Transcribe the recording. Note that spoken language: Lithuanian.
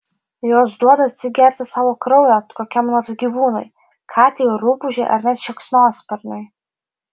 jos duoda atsigerti savo kraujo kokiam nors gyvūnui katei rupūžei ar net šikšnosparniui